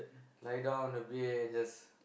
lie down on the bed and just